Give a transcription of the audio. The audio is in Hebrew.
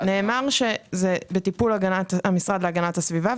נאמר שזה בטיפול המשרד להגנת הסביבה,